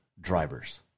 drivers